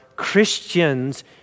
Christians